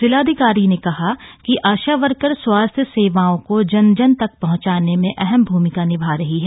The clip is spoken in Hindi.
जिलाधिकारी ने कहा कि आशा वर्कर स्वास्थ्य सेवाओं को जन जन तक पहंचाने में अहम भुमिका निभा रही हैं